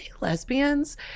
lesbians